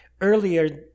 earlier